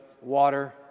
water